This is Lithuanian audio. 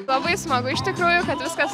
labai smagu iš tikrųjų viskas